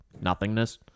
nothingness